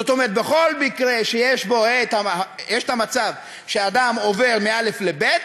זאת אומרת בכל מקרה שיש את המצב שאדם עובר מא' לב',